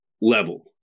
level